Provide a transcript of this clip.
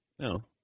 No